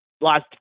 last